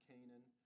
Canaan